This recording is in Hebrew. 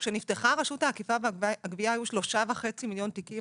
כשנפתחה רשות האכיפה והגבייה היו 3.5 מיליון תיקים.